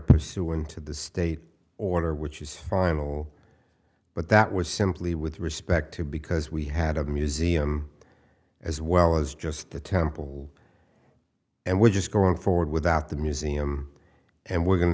pursuant to the state order which is final but that was simply with respect to because we had a museum as well as just the temple and we're just going forward without the museum and we're going to